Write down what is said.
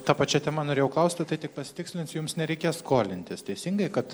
ta pačia tema norėjau klausti tai tik pasitikslinsiu jums nereikės skolintis teisingai kad